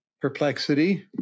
perplexity